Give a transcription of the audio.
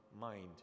mind